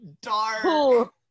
dark